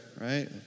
right